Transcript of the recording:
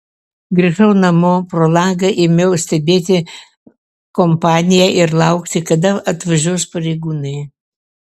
grįžau namo pro langą ėmiau stebėti kompaniją ir laukti kada atvažiuos pareigūnai